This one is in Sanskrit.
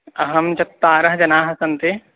अहं चत्वारः जनाः सन्ति